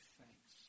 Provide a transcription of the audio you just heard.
thanks